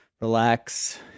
relax